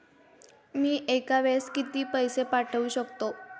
मी एका वेळेस किती पैसे पाठवू शकतो?